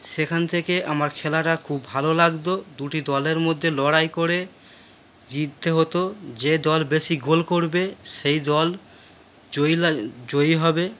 সেখান থেকে আমার খেলাটা খুব ভালো লাগতো দুটি দলের মধ্যে লড়াই করে জিততে হতো যে দল বেশি গোল করবে সেই দল জয়ীলা জয়ী হবে